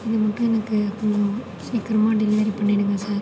இது மட்டும் எனக்கு கொஞ்சம் சீக்கிரமாக டெலிவரி பண்ணிடுங்கள் சார்